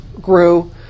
grew